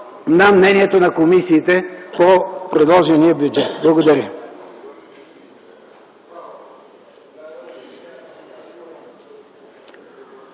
на мнението на комисиите по предложения бюджет. Благодаря.